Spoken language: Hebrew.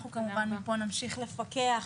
אנחנו כמובן מפה נמשיך לפקח